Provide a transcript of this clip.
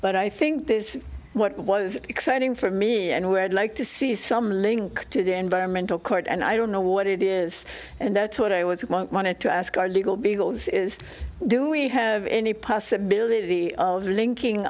but i think this what was exciting for me and where i'd like to see some link to the environmental court and i don't know what it is and that's what i was wanted to ask our legal beagles is do we have any possibility of linking